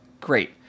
Great